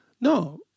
No